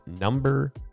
number